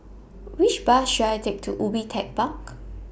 Which Bus should I Take to Ubi Tech Park